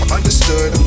Understood